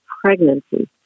pregnancy